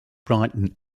brighton